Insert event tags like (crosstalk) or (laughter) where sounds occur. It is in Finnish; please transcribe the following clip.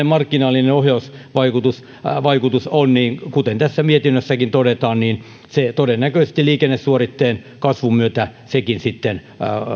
(unintelligible) marginaalinen ohjausvaikutus on niin kuten tässä mietinnössäkin todetaan sekin todennäköisesti liikennesuoritteen kasvun myötä sitten